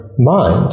mind